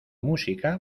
música